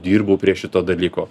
dirbau prie šito dalyko